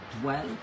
dwell